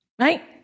right